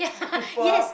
people